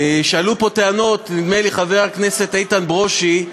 שעלו פה טענות, נדמה לי, חבר הכנסת איתן ברושי,